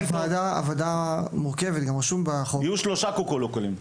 --- הוועדה מורכבת גם רשום בחוק מאנשי ספורט.